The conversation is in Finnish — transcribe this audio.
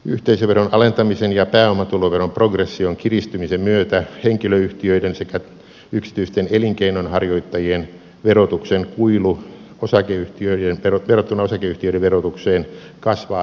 yhteisöveron alentamisen ja pääomatuloveron progression kiristymisen myötä henkilöyhtiöiden sekä yksityisten elinkeinonharjoittajien verotuksen kuilu verrattuna osakeyhtiöiden verotukseen kasvaa entisestään